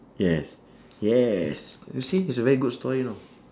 yes yes you see it's a very good story you know